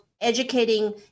educating